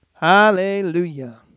Hallelujah